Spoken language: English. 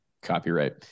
copyright